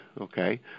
okay